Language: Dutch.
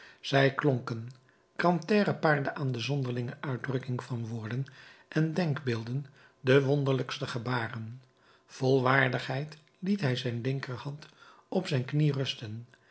zij klonken grantaire paarde aan de zonderlinge uitdrukking van woorden en denkbeelden de wonderlijkste gebaren vol waardigheid liet hij zijn linkerhand op zijn knie rusten